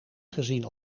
gezien